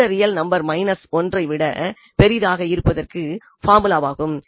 எந்த real number 1ஐ விட பெரிதாக இருப்பதற்கு பார்முலாவாகும்